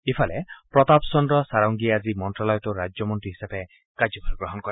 ইপিনে প্ৰতাপ চন্দ্ৰ সাৰংগীয়েও আজি মন্ত্যালয়টোৰ ৰাজ্যমন্ত্ৰী হিচাপে কাৰ্যভাৰ গ্ৰহণ কৰে